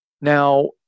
Now